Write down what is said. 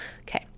okay